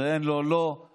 שאין לו שום